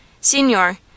Signor